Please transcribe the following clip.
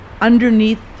underneath